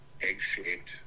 egg-shaped